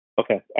Okay